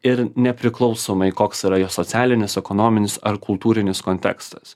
ir nepriklausomai koks yra jo socialinis ekonominis ar kultūrinis kontekstas